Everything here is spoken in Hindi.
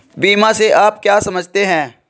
बीमा से आप क्या समझते हैं?